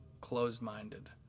closed-minded